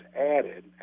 added